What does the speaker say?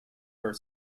for